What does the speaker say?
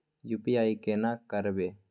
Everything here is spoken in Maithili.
यु.पी.आई केना करबे?